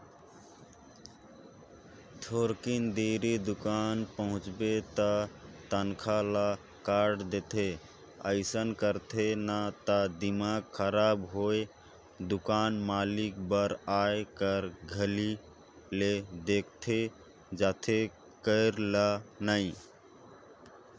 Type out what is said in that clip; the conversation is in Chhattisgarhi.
थोकिन देरी दुकान पहुंचबे त तनखा ल काट देथे अइसन करथे न त दिमाक खराब होय दुकान मालिक बर आए कर घरी ले देखथे जाये कर ल नइ